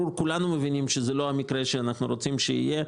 כולנו מבינים שזה לא המקרה שאנחנו רוצים שיהיה.